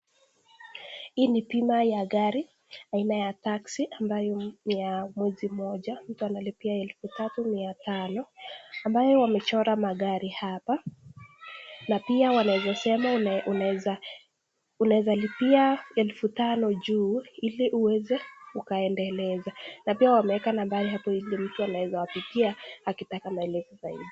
Hii ni bima ya gari, haina ya taksi ambaye ni ya mwezi moja, mtu analipia elfu moja mia tano, ambayo wamechora magari hapa na pia unaweza sema unaeza lipia elfu tano juu ili uweze ukaendeleza, na pia wameweka nambari naho juu ili mtu anaweza kuwapigia akitaka maelezo zaidi.